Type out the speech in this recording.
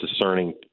discerning